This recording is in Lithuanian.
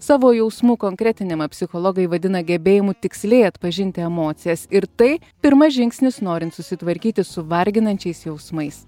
savo jausmų konkretinimą psichologai vadina gebėjimu tiksliai atpažinti emocijas ir tai pirmas žingsnis norint susitvarkyti su varginančiais jausmais